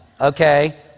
okay